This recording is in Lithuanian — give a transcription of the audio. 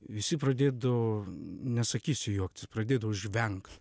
visi pradėdavo nesakysiu juoktis pradėdavo žvengti